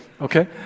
okay